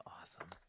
awesome